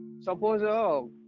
suppose